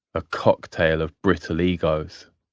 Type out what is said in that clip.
a cocktail of brittle egos,